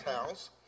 house